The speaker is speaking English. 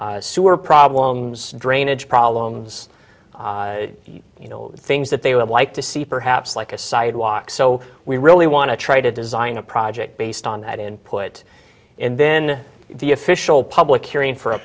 sewer problems drainage problems you know things that they would like to see perhaps like a sidewalk so we really want to try to design a project based on that input and then the official public hearing for a